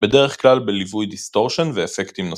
בדרך כלל בליווי דיסטורשן ואפקטים נוספים.